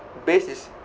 base is